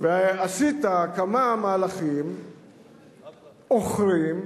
ועשית כמה מהלכים עוכרים,